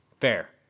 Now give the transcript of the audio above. Fair